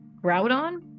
Groudon